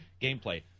gameplay